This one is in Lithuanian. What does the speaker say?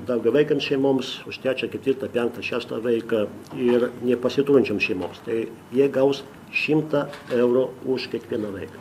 daugiavaikėms šeimoms už trečią ketvirtą penktą šeštą vaiką ir nepasiturinčioms šeimoms tai jie gaus šimtą eurų už kiekvieną vaiką